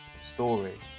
story